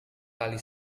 kali